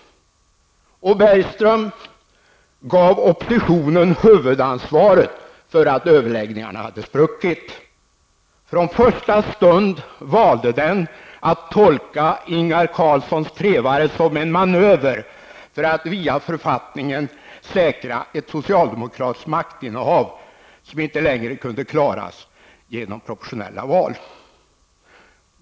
Bergström gav oppositionen huvudansvaret för att överläggningarna hade spruckit. Från första stund valde oppositionen att tolka Ingvar Carlssons trevare som en manöver för att via författningen säkra ett socialdemokratiskt maktinnehav som inte längre kunde klaras genom proportionella val.